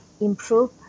improve